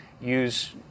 use